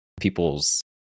people's